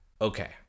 okay